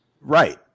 Right